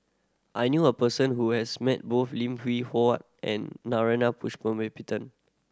I knew a person who has met both Lim Hwee Hua and Narana Putumaippittan